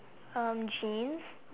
um jeans